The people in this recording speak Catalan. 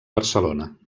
barcelona